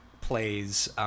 plays